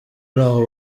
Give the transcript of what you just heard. ntaho